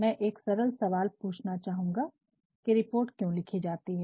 मैं एक सरल सवाल पूछना चाहूंगा की रिपोर्ट क्यों लिखी जाती है